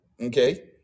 Okay